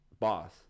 Boss